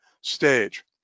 stage